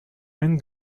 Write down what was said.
and